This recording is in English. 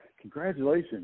congratulations